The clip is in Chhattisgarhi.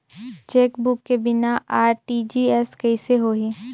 चेकबुक के बिना आर.टी.जी.एस कइसे होही?